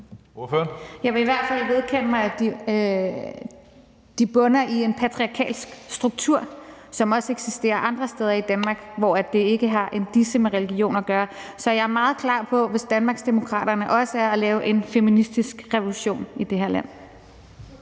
Jeg vil i hvert fald vedkende mig, at de bunder i en patriarkalsk struktur, som også eksisterer andre steder i Danmark, hvor det ikke har en disse med religion at gøre. Så jeg er meget klar på, hvis Danmarksdemokraterne også er, at lave en feministisk revolution i det her land.